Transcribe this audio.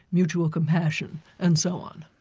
mutual compassion, and so on.